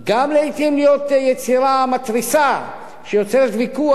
וגם לעתים הוא יצירה מתריסה שיוצרת ויכוח,